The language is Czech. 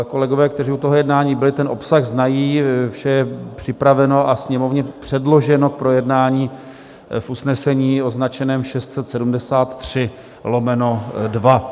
Kolegové, kteří u toho jednání byli, ten obsah znají, vše je připraveno a Sněmovně předloženo k projednání v usnesení označeném 673/2.